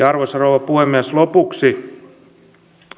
arvoisa rouva puhemies lopuksi